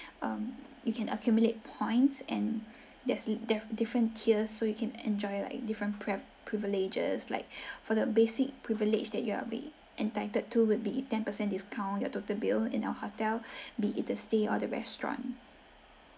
um you can accumulate points and that's the different tiers so you can enjoy like different prev~ privileges like for the basic privilege that you are will be entitled to would be ten percent discount your total bill in our hotel be it to stay or the restaurant